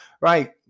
right